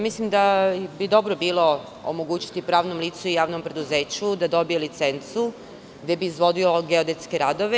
Mislim da bi dobro bilo omogućiti pravnom licu i javnom preduzeću da dobije licencu gde bi on izvodio geodetske radove.